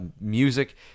music